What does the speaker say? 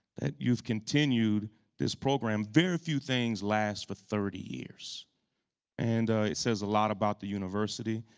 that you've continued this program. very few things last for thirty years and it says a lot about the university.